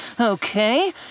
Okay